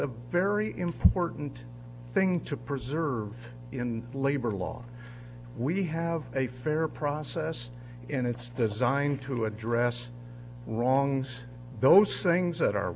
a very important thing to preserve in labor law we have a fair process and it's designed to address wrongs those things that are